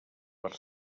per